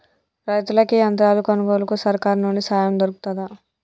రైతులకి యంత్రాలు కొనుగోలుకు సర్కారు నుండి సాయం దొరుకుతదా?